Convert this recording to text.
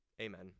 Amen